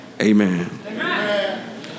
Amen